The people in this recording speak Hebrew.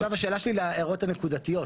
עכשיו ההערות הנקודתיות.